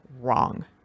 wrong